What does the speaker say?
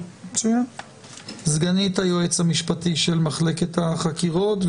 סגנית היועמ"ש של מחלקת החקירות,